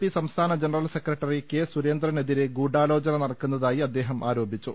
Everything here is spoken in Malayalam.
പി സംസ്ഥാന ജനറൽ സെക്രട്ടറി കെ സുരേന്ദ്രനെ തിരെ ഗൂഢാലോചന നടക്കുന്നതായി അദ്ദേഹം ആരോപിച്ചു